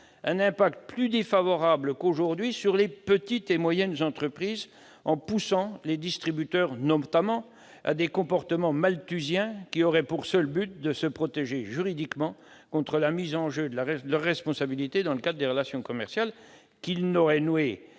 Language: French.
un impact plus défavorable qu'aujourd'hui pour les petites et moyennes entreprises, en poussant les distributeurs à des comportements « malthusiens » qui auraient pour seul but de les protéger juridiquement contre la mise en jeu de leur responsabilité dans le cadre de relations commerciales qu'ils auraient nouées